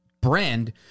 brand